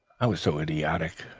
i was so idiotic,